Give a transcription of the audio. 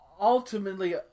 ultimately